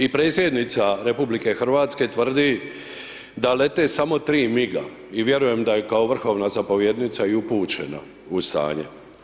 I predsjednica RH tvrdi da lete samo 3 miga i vjerujem da je kao vrhovna zapovjednica i upućena u stanje.